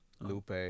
lupe